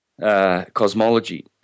cosmology